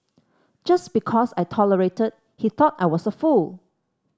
just because I tolerated he thought I was a fool